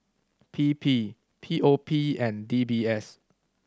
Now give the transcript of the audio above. P P P O P and D B S